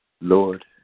Lord